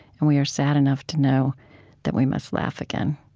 and we are sad enough to know that we must laugh again.